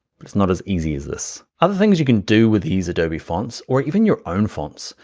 it's not as easy as this. other things you can do with these adobe fonts or even your own fonts.